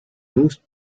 most